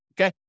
okay